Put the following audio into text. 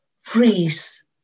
freeze